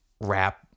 rap